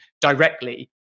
directly